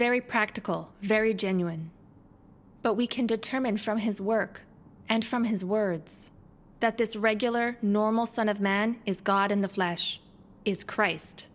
very practical very genuine but we can determine from his work and from his words that this regular normal son of man is god in the flesh is christ